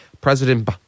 President